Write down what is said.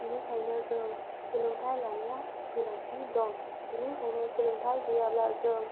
बिनिखायनो जों सोलोंथाय लानाया गोनांथि दं बेनिखायनो सोलोंथाय गैयाब्ला जों